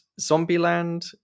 Zombieland